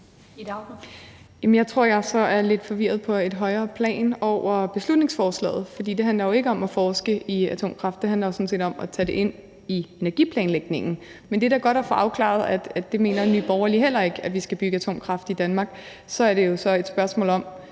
jeg, at jeg er lidt forvirret på et højere plan over beslutningsforslaget, for det handler jo ikke om at forske i atomkraft. Det handler jo sådan set om at tage det ind i energiplanlægningen. Men det er da godt at få afklaret, at Nye Borgerlige heller ikke mener, at vi skal bygge atomkraftværker i Danmark. Så er det et spørgsmål om,